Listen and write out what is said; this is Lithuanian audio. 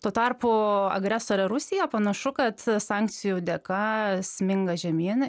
tuo tarpu agresorė rusija panašu kad sankcijų dėka sminga žemyn